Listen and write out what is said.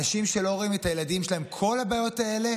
אנשים שלא רואים את הילדים שלהם, כל הבעיות האלה